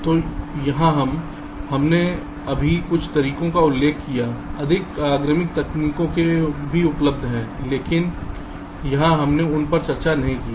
तो यहाँ हम हैं हमने अभी कुछ तरीकों का उल्लेख किया है अधिक अग्रिम तकनीकें भी उपलब्ध हैं लेकिन यहाँ हमने उन पर चर्चा नहीं की है